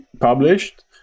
published